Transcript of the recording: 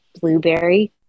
blueberry